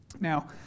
Now